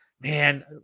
Man